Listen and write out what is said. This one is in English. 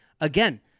again